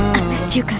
i missed you